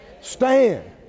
stand